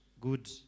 Good